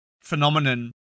phenomenon